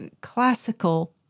classical